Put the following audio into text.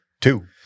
Two